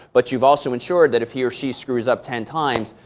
but you've also ensured that if he or she screws up ten times,